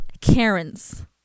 karens